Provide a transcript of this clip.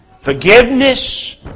forgiveness